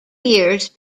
years